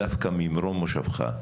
דווקא ממרום מושבך.